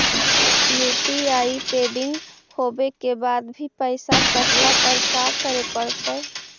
UPI pending होवे के बाद भी पैसा कटला पर का करे पड़तई?